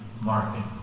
market